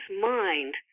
mind